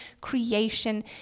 creation